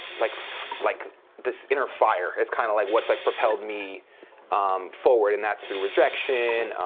like like this inner fire is kind of like what's like propelled me forward, and that's through rejection,